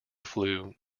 flue